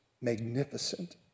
magnificent